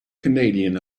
canadian